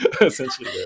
Essentially